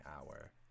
hour